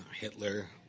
Hitler